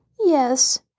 Yes